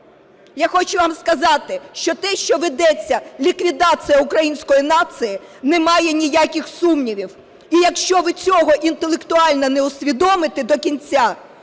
Я хочу вам сказати, що те, що ведеться ліквідація української нації, немає ніяких сумнівів. І якщо ви цього інтелектуально не усвідомите до кінця,